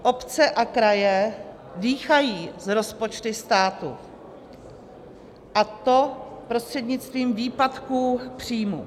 Obce a kraje dýchají s rozpočty státu, a to prostřednictvím výpadků příjmů.